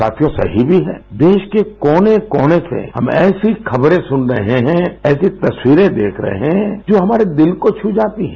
साथियो सही भी है देश के कोने कोने से हम ऐसी खबरें सुन रहे हैं ऐसी तस्वीरें देख रहे हैं जो हमारे दिल को छू जाती हैं